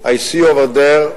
הזה,I see over there,